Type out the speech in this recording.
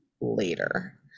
later